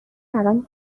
الان